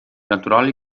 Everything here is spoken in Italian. naturali